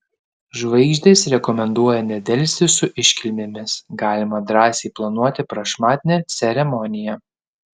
žvaigždės rekomenduoja nedelsti su iškilmėmis galima drąsiai planuoti prašmatnią ceremoniją